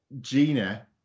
Gina